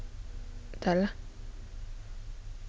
tak ada lah